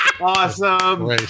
awesome